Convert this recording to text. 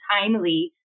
timely